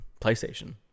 PlayStation